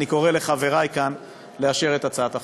אני קורא לחברי כאן לאשר את הצעת החוק.